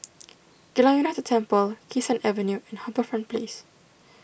Geylang United Temple Kee Sun Avenue and HarbourFront Place